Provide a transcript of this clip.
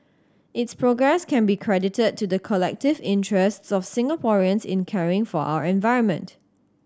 its progress can be credited to the collective interests of Singaporeans in caring for our environment